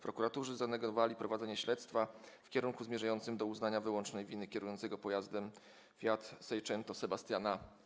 Prokuratorzy zanegowali koncepcję prowadzenia śledztwa w kierunku zmierzającym do uznania wyłącznej winy kierującego pojazdem fiat seicento Sebastiana K.